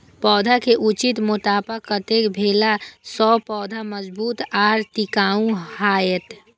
पौधा के उचित मोटापा कतेक भेला सौं पौधा मजबूत आर टिकाऊ हाएत?